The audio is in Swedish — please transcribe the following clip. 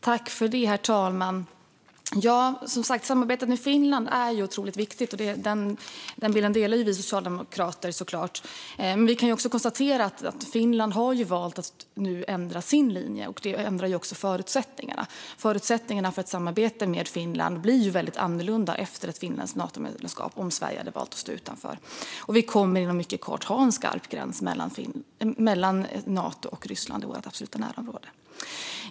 Herr talman! Samarbetet med Finland är otroligt viktigt, och vi socialdemokrater delar såklart den bilden. Vi kan också konstatera att Finland har valt att ändra sin linje, och det ändrar också förutsättningarna. Förutsättningarna för ett samarbete med Finland blir annorlunda efter ett finländskt Natomedlemskap om Sverige väljer att stå utanför. Vi kommer inom mycket kort att ha en skarp gräns mellan Nato och Ryssland i vårt absoluta närområde.